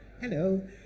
Hello